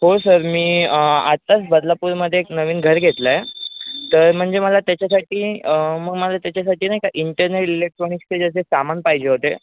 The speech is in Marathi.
हो सर मी आत्ताच बदलापूरमध्ये एक नवीन घर घेतलं आहे तर म्हणजे मला त्याच्यासाठी मग मला त्याच्यासाठी नाही का इंटर्नल इलेक्ट्रॉनिक्सचे जसे सामान पाहिजे होते